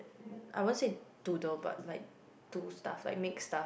I won't say doodle but like do stuff like mix stuff